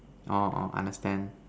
orh orh understand